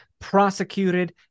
prosecuted